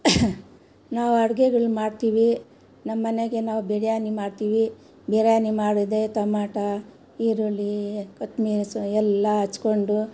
ನಾವು ಅಡುಗೆಗಳು ಮಾಡ್ತೀವಿ ನಮ್ಮನೆಗೆ ನಾವು ಬಿರಿಯಾನಿ ಮಾಡ್ತೀವಿ ಬಿರಿಯಾನಿ ಮಾಡಿದೆ ಟಮಾಟೋ ಈರುಳ್ಳಿ ಕೊತ್ತಂಬ್ರಿ ಎಲ್ಲ ಹೆಚ್ಕೊಂಡು